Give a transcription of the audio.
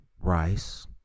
Rice